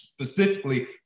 Specifically